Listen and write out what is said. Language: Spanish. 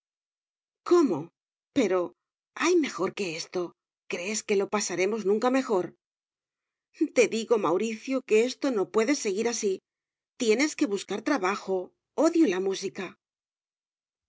cómo pero hay mejor que esto crees que lo pasaremos nunca mejor te digo mauricio que esto no puede seguir así tienes que buscar trabajo odio la música